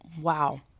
Wow